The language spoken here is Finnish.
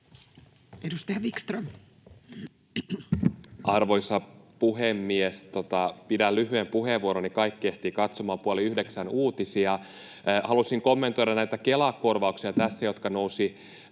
20:28 Content: Arvoisa puhemies! Pidän lyhyen puheenvuoron, niin kaikki ehtivät katsomaan puoli yhdeksän uutisia. — Haluaisin kommentoida näitä Kela-korvauksia, jotka tässä ovat